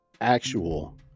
actual